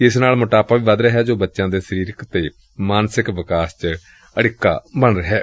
ਇਸ ਨਾਲ ਮੋਟਾਪਾ ਵੀ ਵਧ ਰਿਹੈ ਜੋ ਬਚਿਆਂ ਦੇ ਸਰੀਰਕ ਅਤੇ ਮਾਨਸਿਕ ਵਿਕਾਸ ਚ ਅੜਿੱਕਾ ਬਣਦਾ ਏ